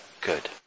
good